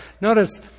Notice